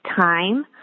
time